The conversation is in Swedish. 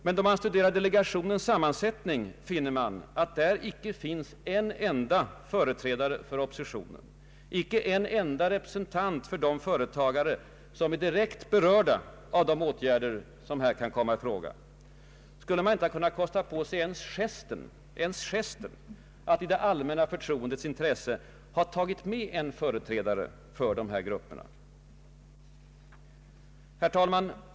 Men då man studerar delegationens sammansättning finner man att där icke finns en enda företrädare för oppositionen, icke en enda representant för de företagare som är direkt berörda av de åtgärder som här kan komma i fråga. Skulle man inte ha kunnat kosta på sig ens gesten att i det allmänna förtroendets intresse ha tagit med en företrädare för dessa grupper? Herr talman!